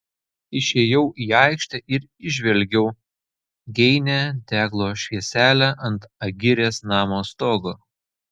išėjau į aikštę ir įžvelgiau geinią deglo švieselę ant agirės namo stogo